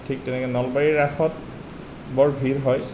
ঠিক তেনেকৈ নলবাৰীৰ ৰাসত বৰ ভিৰ হয়